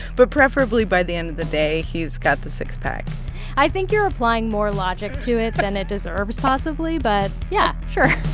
but preferably by the end of the day, he's got the six-pack i think you're applying more logic to it than it deserves possibly but, yeah, sure